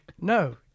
No